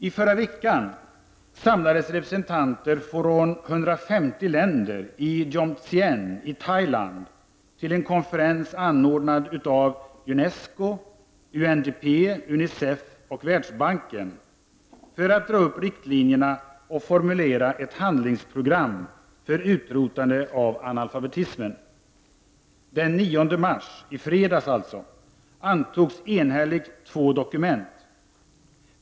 I förra veckan samlades representanter från 150 länder i Jomtien i Thailand till en konferens anordnad av UNESCO, UNDP, UNICEF och Världsbanken för att dra upp riktlinjerna och formulera ett handlingsprogram för utrotande av analfabetismen. Den 9 mars — i fredags alltså — antogs enhälligt två dokument.